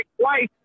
twice